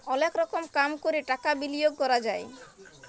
অলেক রকম কাম ক্যরে টাকা বিলিয়গ ক্যরা যায়